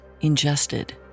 ingested